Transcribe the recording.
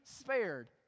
spared